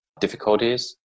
difficulties